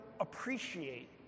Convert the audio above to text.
appreciate